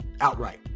Outright